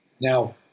Now